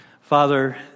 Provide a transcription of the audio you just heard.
Father